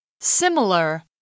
Similar